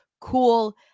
cool